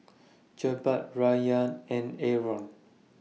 Jebat Rayyan and Aaron